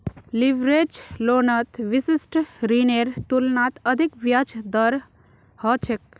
leverage लोनत विशिष्ट ऋनेर तुलनात अधिक ब्याज दर ह छेक